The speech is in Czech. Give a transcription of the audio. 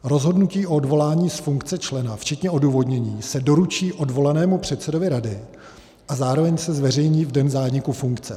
Rozhodnutí o odvolání z funkce člena včetně odůvodnění se doručí odvolanému předsedovi rady a zároveň se zveřejní v den zániku funkce.